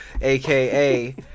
aka